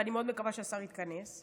ואני מאוד מקווה שהשר ייכנס,